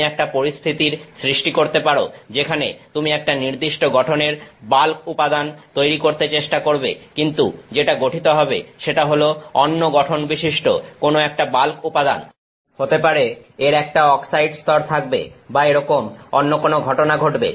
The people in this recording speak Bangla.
তুমি একটা পরিস্থিতির সৃষ্টি করতে পারো যেখানে তুমি একটা নির্দিষ্ট গঠনের বাল্ক উপাদান তৈরি করার চেষ্টা করবে কিন্তু যেটা গঠিত হবে সেটা হলো অন্য গঠন বিশিষ্ট কোন একটা বাল্ক উপাদান হতে পারে এর একটা অক্সাইড স্তর থাকবে বা এরকম অন্য কোনো ঘটনা ঘটবে